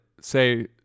say